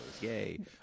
Yay